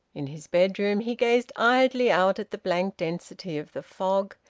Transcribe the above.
in his bedroom he gazed idly out at the blank density of the fog.